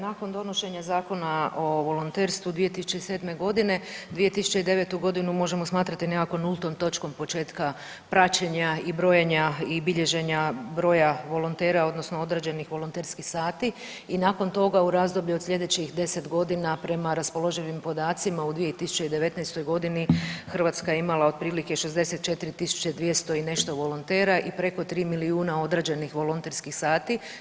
Nakon donošenja Zakona o volonterstvu 2007.g., 2009. godinu možemo smatrati nekako nultom točkom početka praćenja i brojenja i bilježena broja volontera odnosno određenih volonterskih sati i nakon toga u razdoblju od sljedećih deset godina prema raspoloživim podacima u 2019.g. Hrvatska je imala otprilike 64.200 i nešto volontera i preko 3 milijuna odrađenih volonterskih sati.